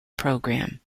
program